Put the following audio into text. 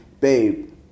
babe